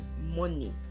money